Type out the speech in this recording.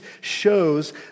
shows